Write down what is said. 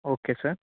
okay sir